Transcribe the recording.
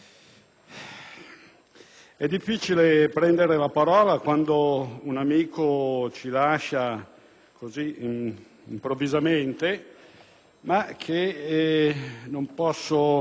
è difficile prendere la parola quando un amico ci lascia così improvvisamente, ma non posso